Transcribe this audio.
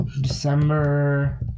December